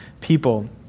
people